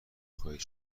خواهید